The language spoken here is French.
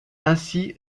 ainsi